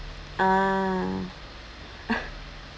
ah